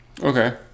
Okay